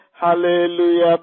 Hallelujah